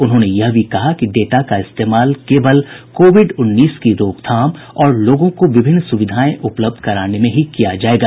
उन्होंने यह भी कहा कि डेटा का इस्तेमाल केवल कोविड उन्नीस की रोकथाम और लोगों को विभिन्न सुविधाएं उपलब्ध कराने में ही किया जाएगा